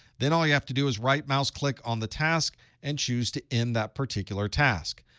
then all you have to do is right mouse click on the task and choose to end that particular task.